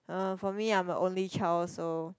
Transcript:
uh for me I'm only child so